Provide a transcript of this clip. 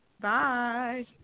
Bye